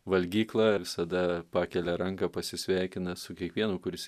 valgyklą visada pakelia ranką pasisveikina su kiekvienu kuris